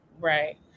Right